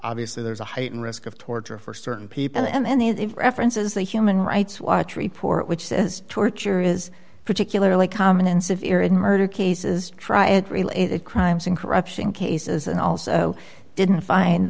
obviously there's a heightened risk of torture for certain people and the references that human rights watch report which says torture is particularly common in severe in murder cases try it related crimes and corruption cases and also didn't find